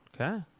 Okay